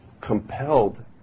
compelled